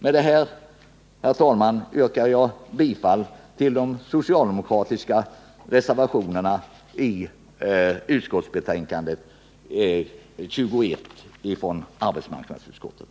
Med det anförda, herr talman, yrkar jag bifall till de socialdemckratiska reservationerna i arbetsmarknadsutskottets betänkande nr 21.